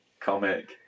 comic